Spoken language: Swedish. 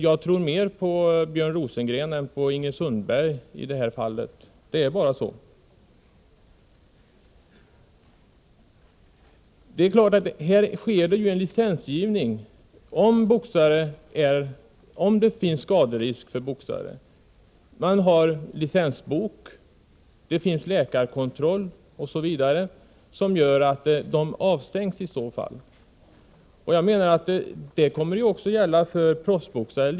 Jag tror dock mer på Björn Rosengren än på Ingrid Sundberg i detta fall. Alla boxare måste ha en licensbok och genomgå läkarkontroller. Om en boxare anses bli utsatt för skaderisker vid fortsatt boxning avstängs han. Det kommer naturligtvis också att gälla för proffsboxare.